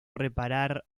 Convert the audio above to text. reparar